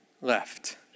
left